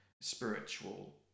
spiritual